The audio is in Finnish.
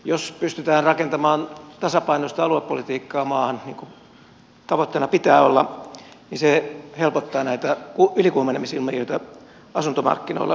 jos pystytään rakentamaan tasapainoista aluepolitiikkaa maahan niin kuin tavoitteena pitää olla se helpottaa näitä ylikuumenemisilmiöitä asuntomarkkinoilla suurimmissa keskuksissa